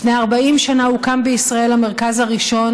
לפני 40 שנה הוקם בישראל המרכז הראשון